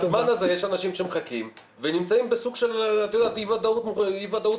ובזמן הזה יש אנשים שמחכים ונמצאים בסוג של אי ודאות מתקדמת.